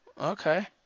Okay